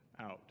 out